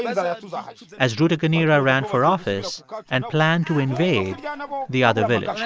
like but and as rutaganira ran for office and planned to invade kind of ah the other village